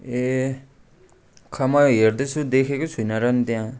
ए खै म हेर्दैछु देखेको छुइनँ र नि त्यहाँ